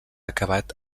acabat